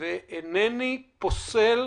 ואינני פוסל